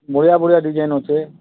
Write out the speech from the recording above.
ବଢ଼ିଆ ବଢ଼ିଆ ଡିଜାଇନ୍ ଅଛେ